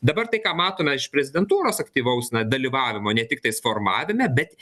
dabar tai ką matome iš prezidentūros aktyvaus na dalyvavimo ne tiktais formavime bet